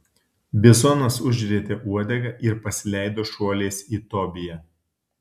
bizonas užrietė uodegą ir pasileido šuoliais į tobiją